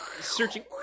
searching